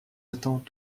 attends